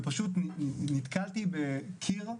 ופשוט נתקלתי בקיר.